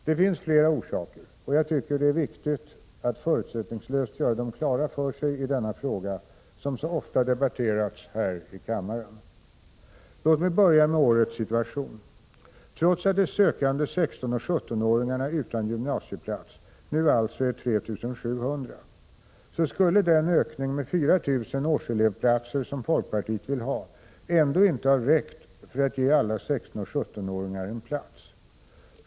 Det finns flera orsaker, och jag tycker att det är viktigt att förutsättningslöst göra dem klara för sig i denna fråga, som så ofta debatterats här i kammaren. Låt mig börja med årets situation. Trots att de sökande 16 och 17-åringarna utan gymnasieplats nu alltså är 3 700, skulle den ökning med 4 000 årselevplatser, som folkpartiet ville ha, ändå inte ha räckt till för att ge alla 16 och 17-åringar en plats.